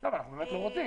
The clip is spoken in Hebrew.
אנחנו באמת לא רוצים,